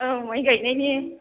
औ माइगायनायनि